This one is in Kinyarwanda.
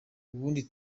ubundi